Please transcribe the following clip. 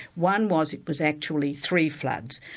one was, it was actually three floods,